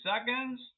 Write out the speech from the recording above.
seconds